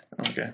Okay